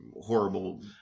horrible